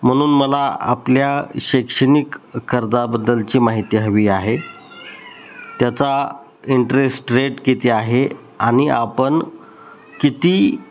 म्हणून मला आपल्या शैक्षणिक कर्जाबद्दलची माहिती हवी आहे त्याचा इंटरेस्ट रेट किती आहे आणि आपण किती